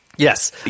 yes